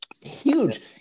huge